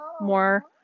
more